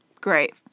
Great